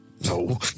No